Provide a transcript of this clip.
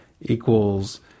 equals